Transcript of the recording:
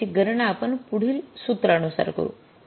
आणि त्याची गणना आपण पुढील सूत्र नुसार करू